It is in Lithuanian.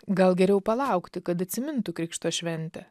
gal geriau palaukti kad atsimintų krikšto šventę